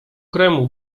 kremu